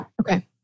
Okay